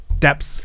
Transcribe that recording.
depths